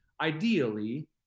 ideally